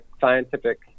scientific